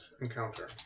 encounter